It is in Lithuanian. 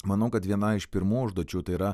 manau kad viena iš pirmų užduočių tai yra